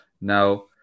Now